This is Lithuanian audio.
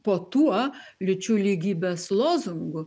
po tuo lyčių lygybės lozungu